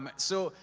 but so,